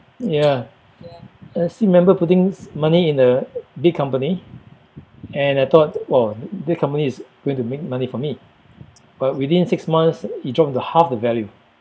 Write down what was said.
ya I see member puttings money in a big company and I thought !wah! that company is going to make money for me but within six months it dropped to half of the value